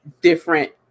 different